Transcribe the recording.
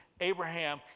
abraham